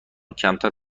کمتر